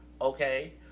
okay